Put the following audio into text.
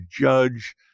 judge